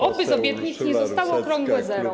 Oby z obietnic nie zostało okrągłe zero.